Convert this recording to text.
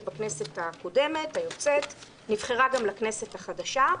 בכנסת הקודמת היוצאת ונבחרה גם לכנסת החדשה,